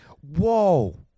Whoa